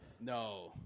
No